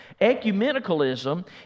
Ecumenicalism